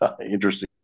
interesting